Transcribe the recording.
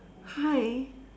hi